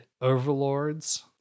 overlords